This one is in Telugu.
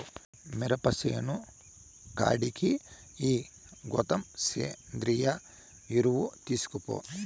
మిరప సేను కాడికి ఈ గోతం సేంద్రియ ఎరువు తీస్కపో